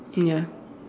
ya